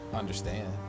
understand